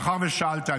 מאחר ששאלת,